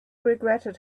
regretted